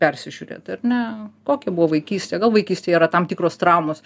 persižiūrėt ar ne kokia buvo vaikystė gal vaikystėj yra tam tikros traumos